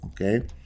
Okay